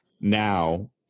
Now